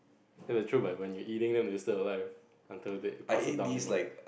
ya it is true but when you eating them it's still alive until they passes down your mouth